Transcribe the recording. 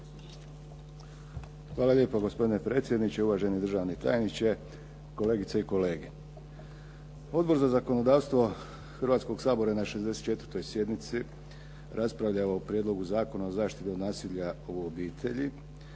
Hvala lijepo gospodine predsjedniče. Uvaženi državni tajniče, kolegice i kolege. Odbor za zakonodavstvo Hrvatskog sabora na 64. sjednici raspravljao o Prijedlogu Zakona o zaštiti od nasilja u obitelji